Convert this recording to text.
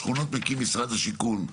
שכונות מקים משרד השיכון,